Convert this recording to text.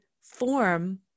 form